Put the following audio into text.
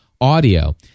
audio